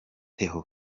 theo